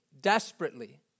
desperately